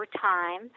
time